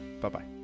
Bye-bye